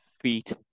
feet